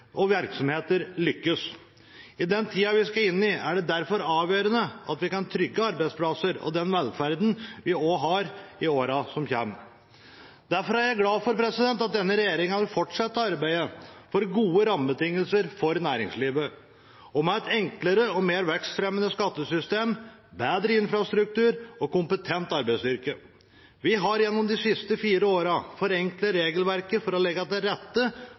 og virksomheter lykkes. I den tida vi skal inn i, er det derfor avgjørende at vi kan trygge arbeidsplasser og velferd også i årene som kommer. Derfor er jeg glad for at denne regjeringen fortsetter arbeidet for gode rammebetingelser for næringslivet, med et enklere og mer vekstfremmende skattesystem, bedre infrastruktur og kompetent arbeidsstyrke. Vi har gjennom de siste fire årene forenklet regelverket for å legge til rette